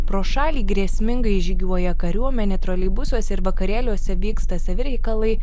pro šalį grėsmingai žygiuoja kariuomenė troleibusuose ir vakarėliuose vyksta savi reikalai